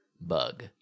bug